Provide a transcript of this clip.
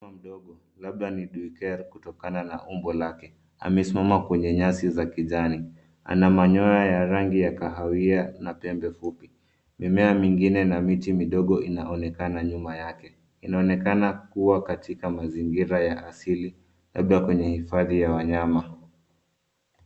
Mnyama mdogo labda ni duiker kutokana na umbo lake. Amesimama kwenye nyasi za kijani. Ana manyoya ya rangi ya kahawia na pembe fupi. Mimea mingine na miti midogo inaonekana nyuma yake. Inaonekana kuwa katika mazingira ya asili labda kwenye hifadhi ya wanyama.